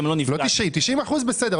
לא נפגעתי --- אם זה 90% אז בסדר,